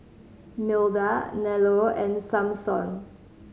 Milda Nello and Samson